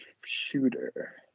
shooter